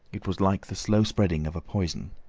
it was like the slow spreading of a poison.